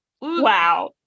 Wow